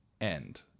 End